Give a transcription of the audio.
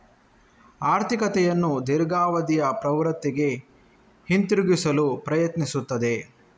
ಆರ್ಥಿಕತೆಯನ್ನು ದೀರ್ಘಾವಧಿಯ ಪ್ರವೃತ್ತಿಗೆ ಹಿಂತಿರುಗಿಸಲು ಪ್ರಯತ್ನಿಸುತ್ತದೆ